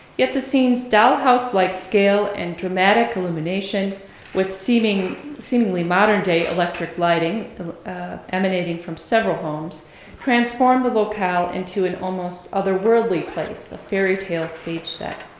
yet the scenes dollhouse-like scale and dramatic illumination with seemingly seemingly modern day electric lighting emanating from several homes transformed the locale into an almost otherworldy place, a fairy tale stage set.